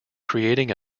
creating